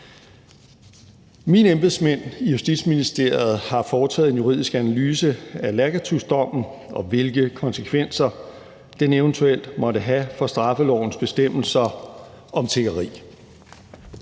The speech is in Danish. Mine embedsmænd i Justitsministeriet har foretaget en juridisk analyse af Lacatusdommen, og hvilke konsekvenser den eventuelt måtte have for straffelovens bestemmelser om tiggeri.